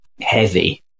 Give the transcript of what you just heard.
heavy